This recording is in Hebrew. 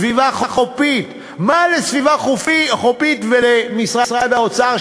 סביבה חופית, מה לסביבה חופית ולמשרד האוצר?